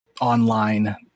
online